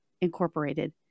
Incorporated